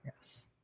Yes